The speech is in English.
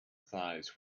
thighs